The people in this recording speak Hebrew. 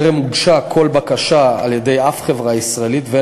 טרם הוגשה כל בקשה על-ידי חברה ישראלית כלשהי,